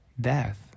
death